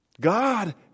God